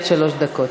עד שלוש דקות.